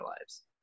lives